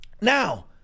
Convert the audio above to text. Now